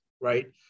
right